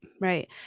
right